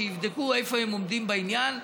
שיבדקו איפה הם עומדים בעניין,